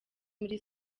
muri